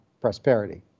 prosperity